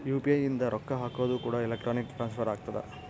UPI ಇಂದ ರೊಕ್ಕ ಹಕೋದು ಕೂಡ ಎಲೆಕ್ಟ್ರಾನಿಕ್ ಟ್ರಾನ್ಸ್ಫರ್ ಆಗ್ತದ